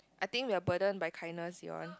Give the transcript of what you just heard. I think we're burdened by kindness